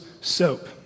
soap